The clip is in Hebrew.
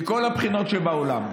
מכל הבחינות שבעולם,